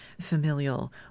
familial